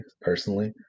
personally